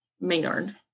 Maynard